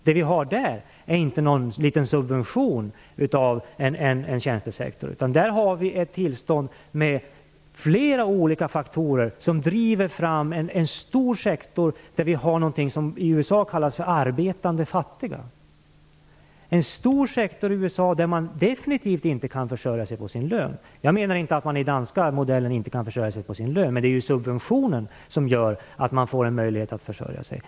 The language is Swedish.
Det vi har där är inte någon liten subvention av en tjänstesektor, utan där har vi ett tillstånd med flera olika faktorer som driver fram en stor sektor med någonting som i USA kallas för arbetande fattiga, en stor sektor där man definitivt inte kan försörja sig på sin lön. Jag menar inte att man i den danska modellen inte kan försörja sig på sin lön, men det är ju subventionen som gör att man får en möjlighet att försörja sig.